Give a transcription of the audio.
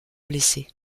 blessé